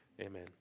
amen